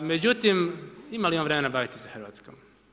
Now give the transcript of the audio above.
Međutim, ima li on vremena baviti se Hrvatskom?